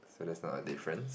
so that's not a difference